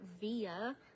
via